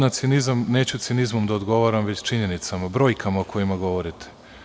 Na cinizam neću cinizmom da odgovaram već činjenicama, brojkama o kojima govorite.